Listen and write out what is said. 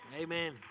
Amen